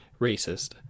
racist